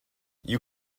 you